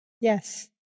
yes